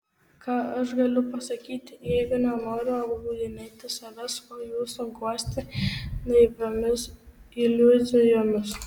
ką aš galiu pasakyti jeigu nenoriu apgaudinėti savęs o jūsų guosti naiviomis iliuzijomis